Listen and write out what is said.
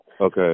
Okay